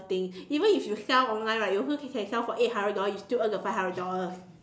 thing even if you sell online right you also can sell for eight hundred dollars you still earn the five hundred dollars